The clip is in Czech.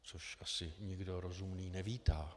Což asi nikdo rozumný nevítá.